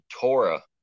Torah